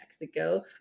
Mexico